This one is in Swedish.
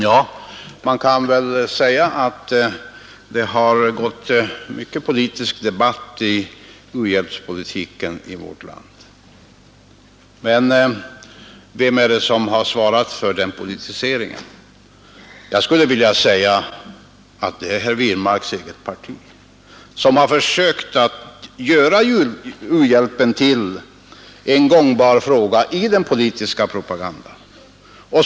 Ja, man kan väl säga att det har gått mycken politisk debatt i u-hjälpsfrågan i vårt land. Men vem är det som har svarat för den politiseringen? Jag skulle vilja säga att det är herr Wirmarks eget parti som har försökt att göra u-hjälpen till en gångbar fråga i den politiska propagandan.